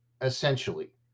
essentially